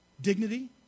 Dignity